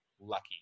lucky